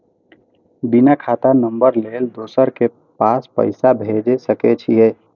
बिना खाता नंबर लेल दोसर के पास पैसा भेज सके छीए?